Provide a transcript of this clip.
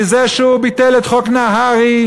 בזה שהוא ביטל את חוק נהרי,